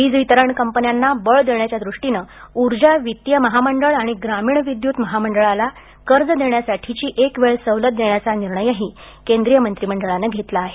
वीज वितरण कंपन्यांना बळ देण्याच्या दृष्टीनं ऊर्जा वित्तीय महामंडळ आणि ग्रामीण विद्यूत महामंडळाला कर्ज देण्यासाठीची एक वेळ सवलत देण्याचा निर्णयही केंद्रीय मंत्रिमंडळानं घेतला आहे